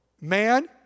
Man